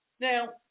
Now